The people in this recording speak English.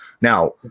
Now